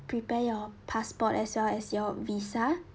prepare your passport as well as your visa